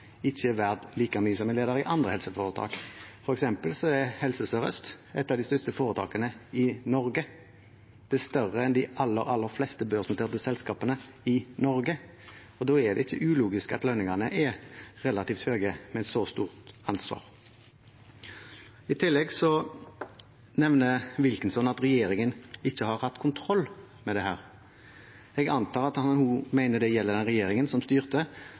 ikke er verdt like mye som en leder i andre foretak. For eksempel er Helse Sør-Øst et av de største foretakene i Norge, det er større enn de aller fleste børsnoterte selskapene i Norge. Da er det ikke ulogisk at lønningene er relativt høye, med et så stort ansvar. I tillegg nevner Wilkinson at regjeringen ikke har hatt kontroll med dette. Jeg antar at han også mener det gjelder den regjeringen som styrte